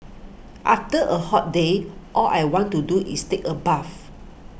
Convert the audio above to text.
after a hot day all I want to do is take a bath